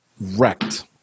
wrecked